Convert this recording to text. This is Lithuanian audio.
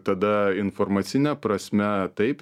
tada informacine prasme taip